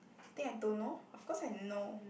think I don't know of course I know